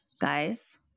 guys